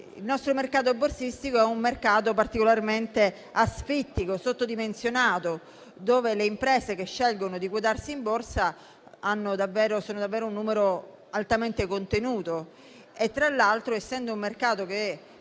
il nostro mercato borsistico è particolarmente asfittico e sottodimensionato, nel quale le imprese che scelgono di quotarsi in Borsa sono davvero in numero altamente contenuto; tra l'altro, essendo un mercato che